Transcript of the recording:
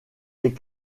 des